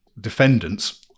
defendants